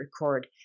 record